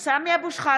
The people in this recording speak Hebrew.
(קוראת בשמות חברי הכנסת) סמי אבו שחאדה,